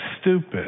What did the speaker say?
stupid